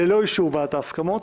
ללא אישור ועדת ההסכמות.